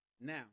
now